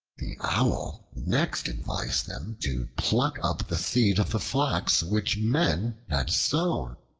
the owl next advised them to pluck up the seed of the flax, which men had sown,